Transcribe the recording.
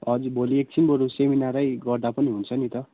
हजुर भोलि एकछिन बरु सेमिनार गर्दा पनि हुन्छ नि त